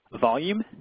volume